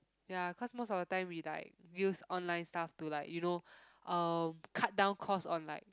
ya cause most of the time we like use online stuff to like you know um cut down cost on like